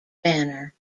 banner